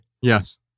Yes